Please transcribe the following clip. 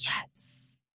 yes